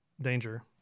danger